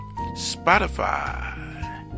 Spotify